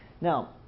now